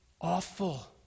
awful